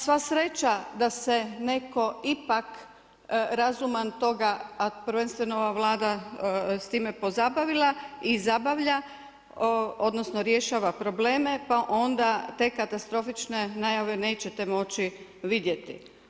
Sva sreća da se netko ipak razuman toga, a prvenstveno ova Vlada s time pozabavila i zabavlja, rješava probleme, pa te katastrofične najave nećete moći vidjeti.